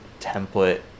template